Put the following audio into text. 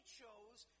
chose